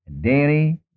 daily